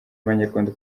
abanyarwanda